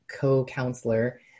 co-counselor